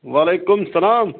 وعلیکُم سلام